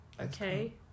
Okay